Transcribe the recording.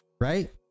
right